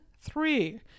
three